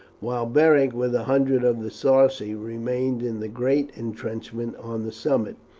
while beric, with a hundred of the sarci, remained in the great intrenchment on the summit,